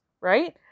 right